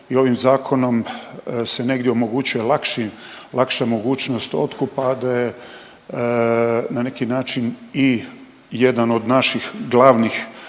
je ovim zakonom se negdje omogućuje lakši, lakša mogućnost otkupa, da je na neki način i jedan od naših glavnih,